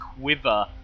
quiver